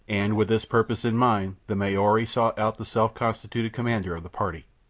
and with this purpose in mind the maori sought out the self-constituted commander of the party.